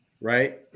Right